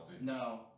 no